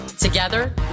Together